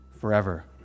forever